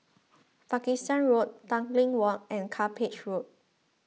Pakistan Road Tanglin Walk and Cuppage Road